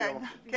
כן.